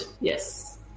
Yes